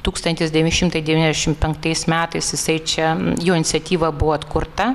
tūkstantis devyni šimtai devyniasdešimt penktais metais jisai čia jo iniciatyva buvo atkurta